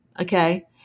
okay